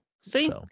See